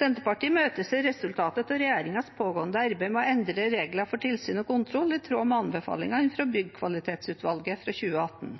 Senterpartiet imøteser resultatet av regjeringens pågående arbeid med å endre reglene for tilsyn og kontroll i tråd med anbefalingene fra Byggkvalitetutvalget fra 2018.